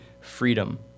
freedom